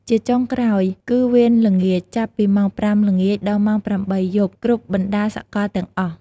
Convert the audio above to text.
ជាចុងក្រោយគឺ វេនល្ងាច ចាប់ពីម៉ោង ៥ ល្ងាច ដល់ម៉ោង ៨ យប់ គ្រប់បណ្ដាសកលទាំងអស់។